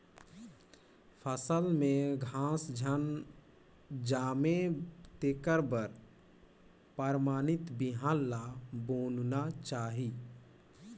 फसल में घास झन जामे तेखर बर परमानित बिहन ल बुनना चाही